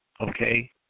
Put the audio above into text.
okay